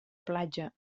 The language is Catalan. platja